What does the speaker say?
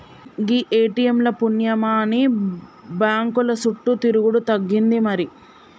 గీ ATM ల పుణ్యమాని బాంకుల సుట్టు తిరుగుడు తగ్గింది మరి